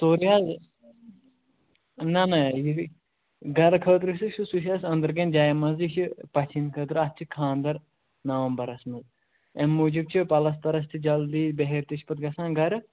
سورُے حظ نہَ نہَ گَرٕ خٲطرٕ چھُ سُہ چھُ اَسہِ أنٛدٕر کَنہِ جایہِ منٛز یہِ چھِ پَژھٮ۪ن ہٕنٛدِ خٲطرٕ اَسہِ چھُ خانٛدَر نَوَمبَرَس منٛز اَمہِ موٗجوٗب چھُ پَلَستَرَس تہِ جلدی بِہٲرۍ تہِ چھِ پَتہٕ گژھان گَرٕ